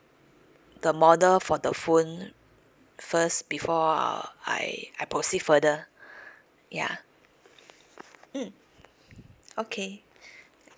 the model for the phone first before uh I I proceed further ya mm okay